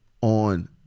on